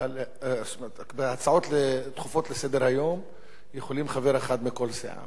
בהצעות דחופות לסדר-היום יכולים חבר אחד מכל סיעה.